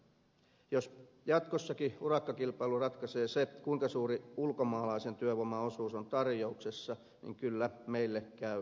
jos jatkossakin urakkakilpailun ratkaisee se kuinka suuri ulkomaalaisen työvoiman osuus on tarjouksessa niin kyllä meille käy huonosti